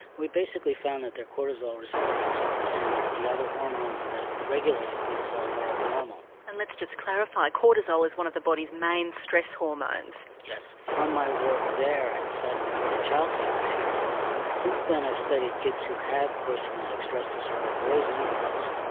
we basically found that their cortisol responses and the other hormones that regulated cortisol were abnormal. and let's just clarify cortisol is one of the body's main stress hormones. yes, from my work there i decided to become a child psychiatrist, and since then i've studied kids who had post-traumatic stress disorder, boys and girls,